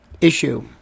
issue